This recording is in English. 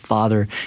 father